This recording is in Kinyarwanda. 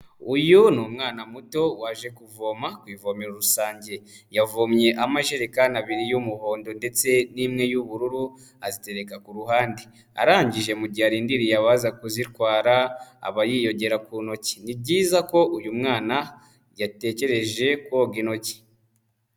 Uyu ni umwana muto waje kuvoma ku ivomero rusange, yavomye amajerekani abiri y'umuhondo ndetse n'imwe y'ubururu azitereka ku ruhande, arangije mu gihe arindiriye abaza kuzitwara, aba yiyogera ku ntoki. Ni byiza ko uyu mwana yatekereje koga intoki.